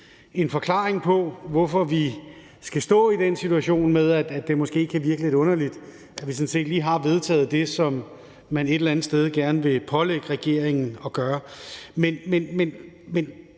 en forklaring på, hvorfor vi skal stå i den situation, at det måske kan virke lidt underligt, at vi sådan set lige har vedtaget det, som man gerne vil pålægge regeringen at gøre.